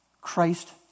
Christ